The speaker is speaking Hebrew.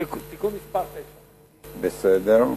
תיקון מס' 9. בסדר.